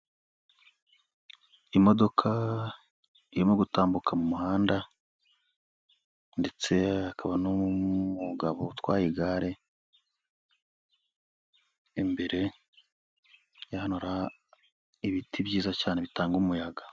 Imodoka irimo gutambuka mu muhanda ndetse hakaba n'umugabo utwaye igare, imbere y'ahantu hari ibiti byiza cyane bitanga umuyaga.